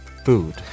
food